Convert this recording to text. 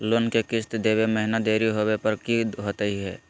Loan के किस्त देवे महिना देरी होवे पर की होतही हे?